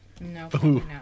No